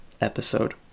episode